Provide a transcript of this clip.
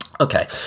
Okay